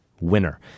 winner